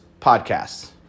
podcasts